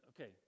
Okay